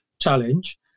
challenge